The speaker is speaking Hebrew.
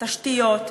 תשתיות,